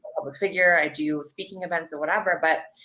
public figure, i do speaking events or whatever but,